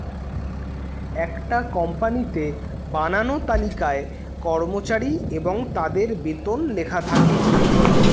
একটা কোম্পানিতে বানানো তালিকায় কর্মচারী এবং তাদের বেতন লেখা থাকে